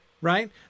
right